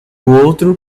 outro